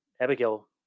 Abigail